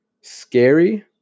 scary